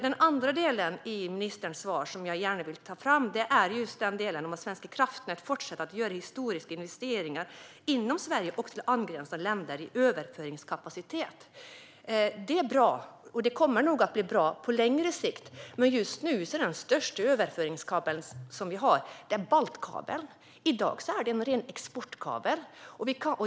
Det andra punkten i ministerns svar som jag gärna vill ta upp är: Svenska kraftnät fortsätter att göra historiska investeringar inom Sverige och till angränsande länder i överföringskapacitet. Det är bra, och det kommer nog att bli bra på längre sikt. Men just nu är baltkabeln den största överföringskabel som vi har. I dag är det en ren exportkabel.